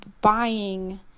buying